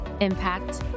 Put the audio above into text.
impact